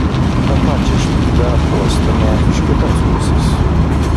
tą pačią špygą apuostėme iš kitos pusės